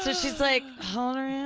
so she's like, how old are and